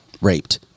raped